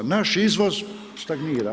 Naš izvoz stagnira.